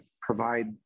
provide